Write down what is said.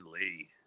Lee